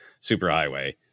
superhighway